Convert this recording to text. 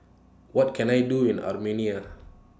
What Can I Do in Armenia